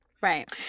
Right